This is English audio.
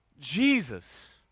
Jesus